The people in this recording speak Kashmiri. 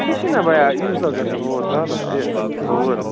ژےٚ چھُونا بیا عیٖذ دۄہ گَژھُن ہور سالس تہِ ہوٚوُر